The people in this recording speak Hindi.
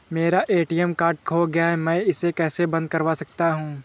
मेरा ए.टी.एम कार्ड खो गया है मैं इसे कैसे बंद करवा सकता हूँ?